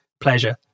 pleasure